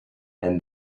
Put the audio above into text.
and